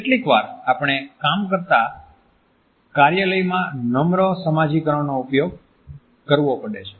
કેટલીકવાર આપણે કામ કરતા કાર્યાલયમાં નમ્ર સમાજીકરણનો ઉપયોગ કરવો પડે છે